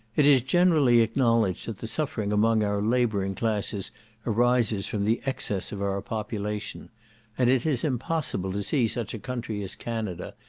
it is generally acknowledged that the suffering among our labouring classes arises from the excess of our population and it is impossible to see such a country as canada,